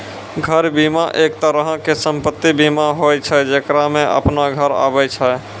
घर बीमा, एक तरहो के सम्पति बीमा होय छै जेकरा मे अपनो घर आबै छै